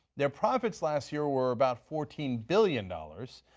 their profits last year were about fourteen billion dollars.